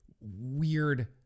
weird